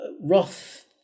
Roth